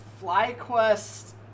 FlyQuest